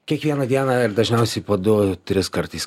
kiekvieną dieną ir dažniausiai po du tris kartais